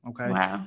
Okay